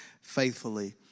faithfully